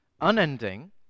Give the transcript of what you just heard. unending